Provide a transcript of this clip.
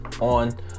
on